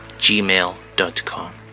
gmail.com